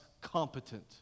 competent